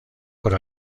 por